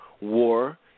war